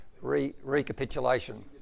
Recapitulation